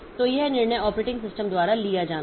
तो यह निर्णय ऑपरेटिंग सिस्टम द्वारा लिया जाना है